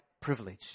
privilege